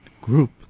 group